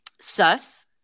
sus